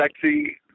sexy